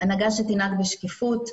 הנהגה שתנהג בשקיפות,